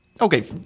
Okay